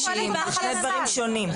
זה שני דברים שונים.